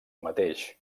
mateix